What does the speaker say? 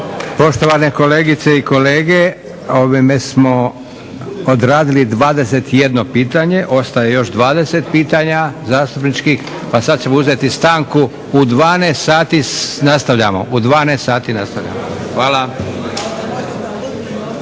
Poštovane kolegice i kolege ovime smo odradili dvadeset jedno pitanje, ostaje još dvadeset pitanja zastupničkih. Pa sad ćemo uzeti stanu. U 12 sati nastavljamo, u